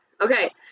Okay